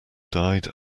died